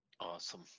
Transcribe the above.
Awesome